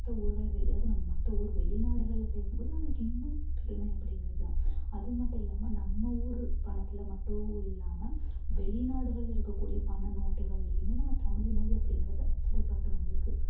மற்ற ஊருகள் வெளி அதாவது நம்ம மற்ற ஊர் வெளிநாடுகளில் பேசும்போது நம்மளுக்கு இன்னும் பெருமை அப்படிங்குறதுதான் அதுவும் மட்டும் இல்லாமல் நம்ம ஊர் பணத்தில் மட்டும் இல்லாமல் வெளிநாடுகள் இருக்கக்கூடிய பணம் நோட்டுகள்லேயுமே நம்ம தமிழ் மொழி அப்படிங்கறது அச்சிடப்பட்டு வந்திருக்கு